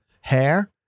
hair